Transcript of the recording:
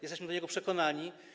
Jesteśmy do niego przekonani.